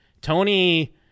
Tony